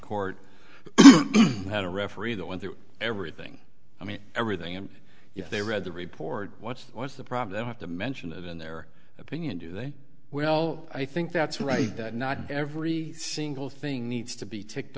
court had a referee that went through everything i mean everything and if they read the report what was the problem have to mention that in their opinion do they well i think that's right that not every single thing needs to be ticked